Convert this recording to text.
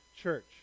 church